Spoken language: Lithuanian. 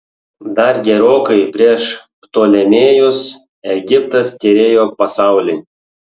dar gerokai prieš ptolemėjus egiptas kerėjo pasaulį